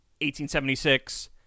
1876